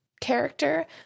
character